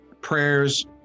prayers